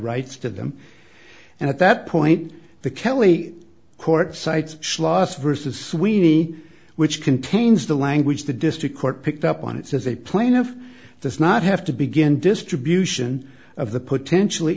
rights to them and at that point the kelley court cites schloss versus sweeney which contains the language the district court picked up on it says a plaintiff does not have to begin distribution of the potentially